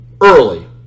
early